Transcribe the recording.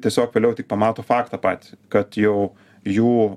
tiesiog vėliau tik pamato faktą patį kad jau jų